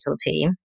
team